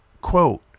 Quote